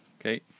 Okay